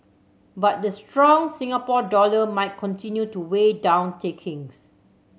but the strong Singapore dollar might continue to weigh down takings